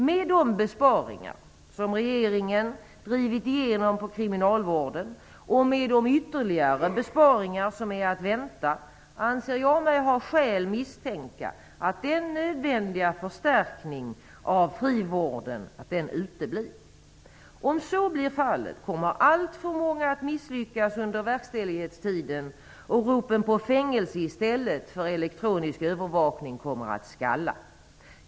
Med de besparingar som regeringen har drivit igenom inom kriminalvården och med de ytterligare besparingar som är att vänta, anser jag mig ha skäl att misstänka att den nödvändiga förstärkningen av frivården uteblir. Om så blir fallet, kommer alltför många att misslyckas under verkställighetstiden och ropen på fängelse i stället för elektronisk övervakning kommer att skalla.